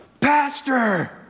Pastor